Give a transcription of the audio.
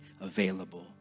available